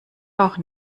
auch